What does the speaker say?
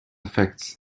effects